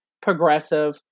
progressive